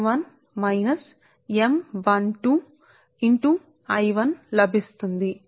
మీరు ఉంచినట్లయితే λ1 is equal to bracket లో L11 మైనస్ M12 బ్రాకెట్ తర్వాత ఇంటూ I1కి సమానం